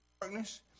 darkness